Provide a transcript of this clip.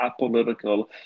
apolitical